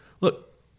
look